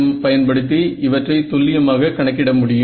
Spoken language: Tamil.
CEM பயன்படுத்தி இவற்றை துல்லியமாக கணக்கிட முடியும்